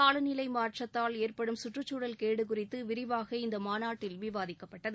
காலநிலை மாற்றத்தால் ஏற்படும் சுற்றுச்சூழல் கேடு குறித்து விரிவாக இந்த மாநாட்டில் விவாதிக்கப்பட்டது